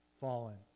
fallen